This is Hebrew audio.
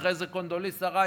אחרי זה קונדוליסה רייס,